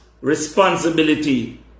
responsibility